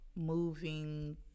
moving